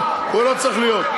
הוא לא צריך להיות.